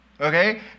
Okay